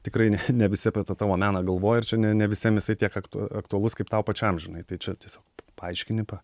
tikrai ne ne visi apie tą tavo meną galvoja ir čia ne ne visiem jisai tiek aktu aktualus kaip tau pačiam žinai tai čia tiesiog paaiškini pa